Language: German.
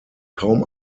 kaum